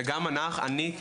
וגם אני,